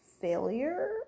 failure